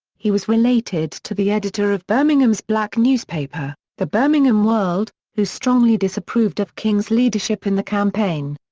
he was related to the editor of birmingham's black newspaper, the birmingham world, who strongly disapproved of king's leadership in the campaign.